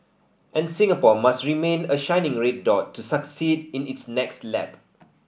and Singapore must remain a shining red dot to succeed in its next lap